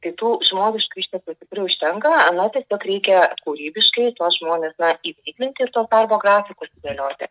tai tų žmogiškų išteklių užtenka tiesiog reikia kūrybiškai tuos žmones įveiklinti ir tuos darbo grafikus sudėlioti